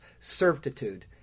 servitude